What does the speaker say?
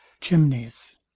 chimneys